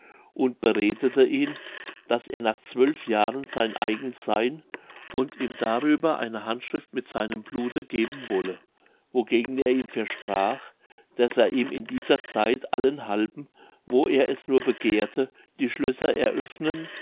und beredete ihn daß er nach zwölf jahren sein eigen seyn und ihm darüber eine handschrift mit seinem blute geben wolle wogegen er ihm versprach daß er ihm in dieser zeit allenthalben wo er es nur begehrte die schlösser eröffnen